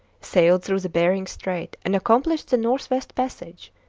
sailed through the behring strait, and accomplished the north-west passage,